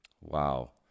wow